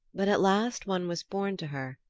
but at last one was born to her,